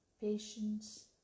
patience